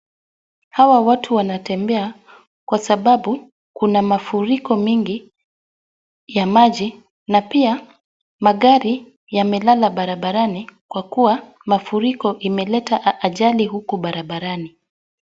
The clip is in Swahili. Hawa watu wanatembea kwa sababu kuna mafuriko mingi ya maji na pia magari yamelala barabarani, kwa kuwa mafuriko imeleta ajali huku barabarani.